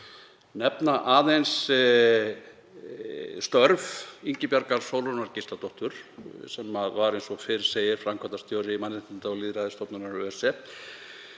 nefna aðeins störf Ingibjargar Sólrúnar Gísladóttur, sem var, eins og fyrr segir, framkvæmdastjóri Mannréttinda- og lýðræðisstofnunar ÖSE.